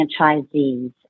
franchisees